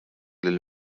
lill